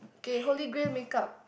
okay holy grail make-up